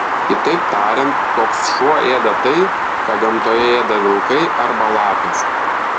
kitaip tariant toks šuo ėda tai ką gamtoje ėda vilkai arba lapės